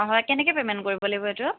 অঁ হয় কেনেকৈ পে'মেণ্ট কৰিব লাগিব এইটো